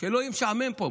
שלא יהיה משעמם פה.